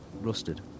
rusted